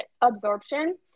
absorption